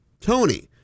Tony